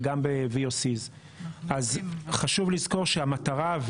וגם ב VOCs. חשוב לזכור שזו מטרה,